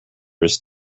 his